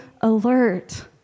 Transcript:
alert